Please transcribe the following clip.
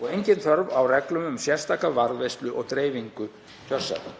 og engin þörf á reglum um sérstaka varðveislu og dreifingu kjörseðla.